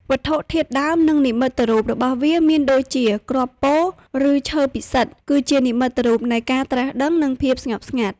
វត្ថុធាតុដើម និងនិមិត្តរូបរបស់វាមានដូចជា គ្រាប់ពោធិ៍ ឬឈើពិសិដ្ឋ គឺជានិមិត្តរូបនៃការត្រាស់ដឹង និងភាពស្ងប់ស្ងាត់។